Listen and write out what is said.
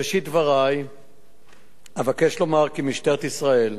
בראשית דברי אבקש לומר כי משטרת ישראל